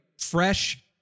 fresh